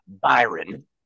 Byron